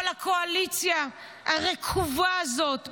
אבל הקואליציה הרקובה הזאת,